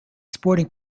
sporting